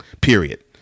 period